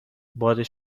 باد